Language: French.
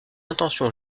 intention